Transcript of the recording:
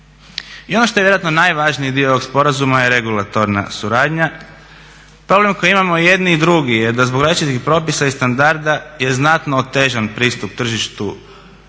I ono što je vjerojatno najvažniji dio ovog sporazuma je regulatorna suradnja. Problem koji imamo i jedni i drugi je da zbog različitih propisa i standarda je znatno otežan pristup tržištu, europljanima,